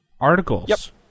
articles